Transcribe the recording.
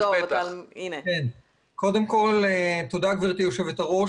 תודה גברתי יושבת הראש.